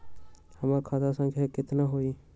हमर खाता संख्या केतना हई?